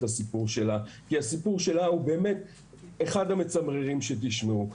הסיפור שלה כי הסיור שלה הוא באמת אחד המצמררים שתשמעו.